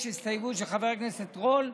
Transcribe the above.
יש הסתייגות של חבר הכנסת רול.